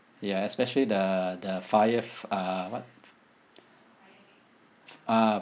ya especially the the fire uh what ah